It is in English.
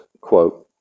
quote